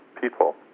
people